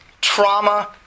trauma